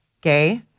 gay